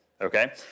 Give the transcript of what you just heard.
okay